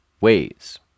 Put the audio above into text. ways